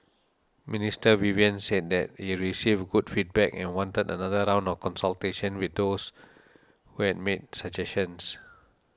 Minister Vivian said that he received good feedback and wanted another round of consultations with those who had made suggestions